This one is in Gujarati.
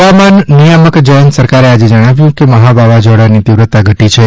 હવામાન નિયામક જયંત સરકારે આજે જણાવ્યું છે કે મહા વાવાઝોડાની તિવ્રતા ઘટી છે